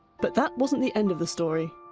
but that wasn't the end of the story.